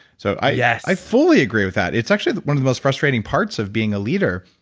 so, i yeah i fully agree with that, it's actually one of the most frustrating parts of being a leader